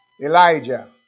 Elijah